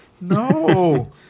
No